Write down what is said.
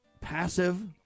passive